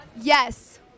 Yes